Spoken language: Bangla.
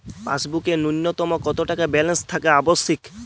পাসবুকে ন্যুনতম কত টাকা ব্যালেন্স থাকা আবশ্যিক?